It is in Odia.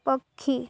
ପକ୍ଷୀ